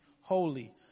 holy